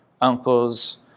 uncles